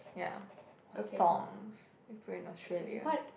yeah thongs if you're in Australia